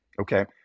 Okay